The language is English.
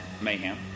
mayhem